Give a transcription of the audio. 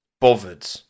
bothered